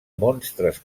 monstres